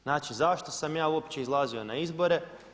Znači zašto sam ja uopće izlazio na izbore?